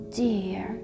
dear